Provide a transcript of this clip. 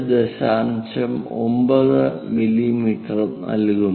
9 മിമി നൽകുന്നു